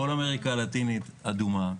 כל אמריקה הלטינית אדומה.